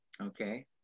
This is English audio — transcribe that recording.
Okay